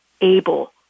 able